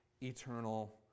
eternal